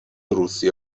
روسیه